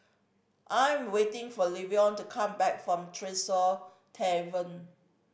I'm waiting for Levon to come back from Tresor Tavern